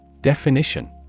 Definition